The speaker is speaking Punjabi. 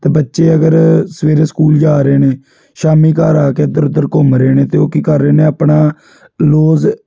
ਤਾਂ ਬੱਚੇ ਅਗਰ ਸਵੇਰੇ ਸਕੂਲ ਜਾ ਰਹੇ ਨੇ ਸ਼ਾਮੀ ਘਰ ਆ ਕੇ ਇੱਧਰ ਉੱਧਰ ਘੁੰਮ ਰਹੇ ਨੇ ਅਤੇ ਉਹ ਕੀ ਕਰ ਰਹੇ ਨੇ ਆਪਣਾ ਲੂਸ